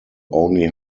only